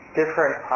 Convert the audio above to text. different